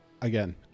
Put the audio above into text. Again